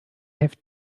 have